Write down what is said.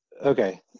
Okay